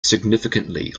significantly